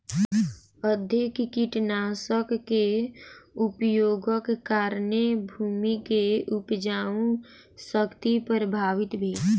अधिक कीटनाशक के उपयोगक कारणेँ भूमि के उपजाऊ शक्ति प्रभावित भेल